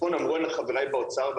נכון אמרו חבריי באוצר,